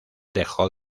dejó